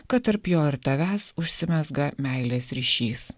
kad tarp jo ir tavęs užsimezga meilės ryšys